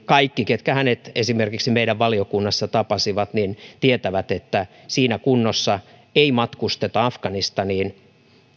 kaikki ketkä hänet esimerkiksi meidän valiokunnassa tapasivat tietävät että siinä kunnossa ei matkusteta afganistaniin